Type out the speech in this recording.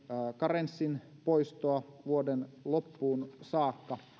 karenssin poistoa vuoden loppuun saakka